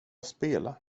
spela